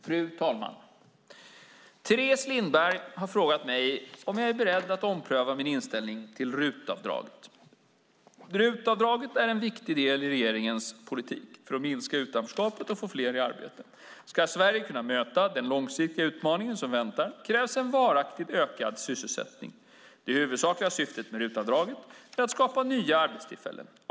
Fru talman! Teres Lindberg har frågat mig om jag är beredd att ompröva min inställning till RUT-avdraget. RUT-avdraget är en viktig del i regeringens politik för att minska utanförskapet och få fler i arbete. Ska Sverige kunna möta de långsiktiga utmaningar som väntar krävs en varaktigt ökad sysselsättning. Det huvudsakliga syftet med RUT-avdraget är att skapa nya arbetstillfällen.